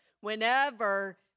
whenever